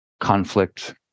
conflict